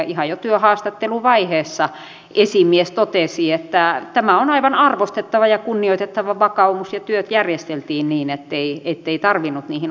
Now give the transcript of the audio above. ihan jo työhaastatteluvaiheessa esimies totesi että tämä on aivan arvostettava ja kunnioitettava vakaumus ja työt järjesteltiin niin ettei tarvinnut niihin osallistua